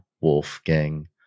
Wolfgang